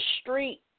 street